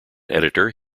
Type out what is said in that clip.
editor